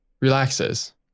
relaxes